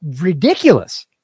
ridiculous